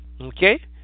okay